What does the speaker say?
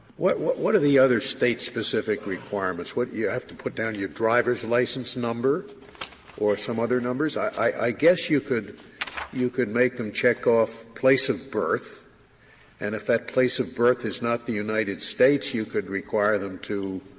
what what are the other state-specific requirements? you you have to put down your driver's license number or some other numbers? i i guess you could you could make them check off place of birth and if that place of birth is not the united states, you could require them to